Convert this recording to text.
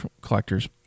collectors